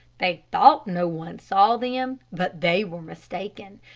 they thought no one saw them, but they were mistaken.